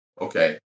okay